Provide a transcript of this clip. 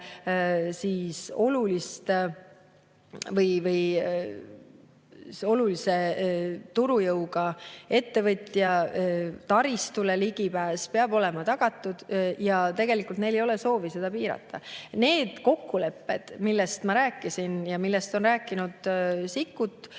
sellisele olulise turujõuga ettevõtja taristule ligipääs peab olema tagatud. Ja tegelikult neil ei olegi soovi seda piirata. Need kokkulepped, millest ma rääkisin ja millest on rääkinud Sikkut,